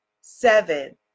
seven